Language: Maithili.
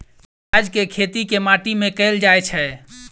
प्याज केँ खेती केँ माटि मे कैल जाएँ छैय?